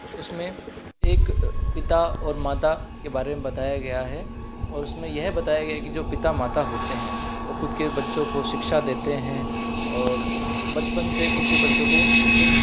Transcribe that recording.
उस में एक पिता और माता के बारे में बताया गया है और उस में यह बताया गया है कि जो पिता माता होते हैं वो खुद के बच्चों को शिक्षा देते हैं और बचपन से खुद के बच्चों को एक